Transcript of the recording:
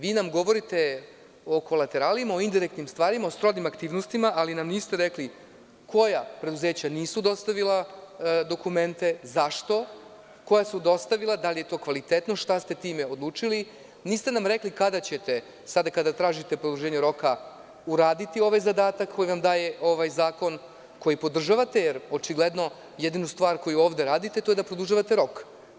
Vi nam govorite o kolateralima, o indirektnim stvarima, o srodnim aktivnostima, ali nam niste rekli koja preduzeća nisu dostavila dokumenta, zašto, koja su dostavila, da li je to kvalitetno, šta ste time odlučili, niste nam rekli kada ćete, sada kada tražite produženje roka, uraditi ovaj zadatak koji vam daje ovaj zakon, koji podržavate, jer očigledno, jedinu stvar koju ovde radite, to je da produžavate rok.